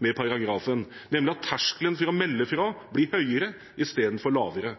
med paragrafen, nemlig at terskelen for å melde fra blir høyere i stedet for lavere.